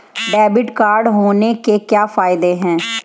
Debit card होने के क्या फायदे हैं?